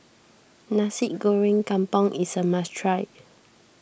Nasi Goreng Kampung is a must try